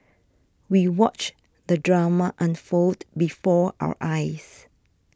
we watched the drama unfold before our eyes